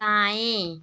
दाएँ